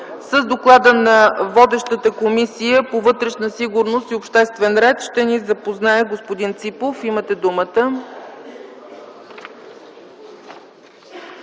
С доклада на водещата Комисия по вътрешна сигурност и обществен ред ще ни запознае господин Ципов. Имате думата.